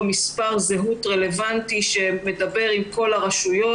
מספר זהות רלוונטי שמדבר עם כל הרשויות.